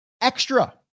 extra